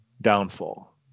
downfall